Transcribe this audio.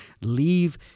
Leave